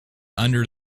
under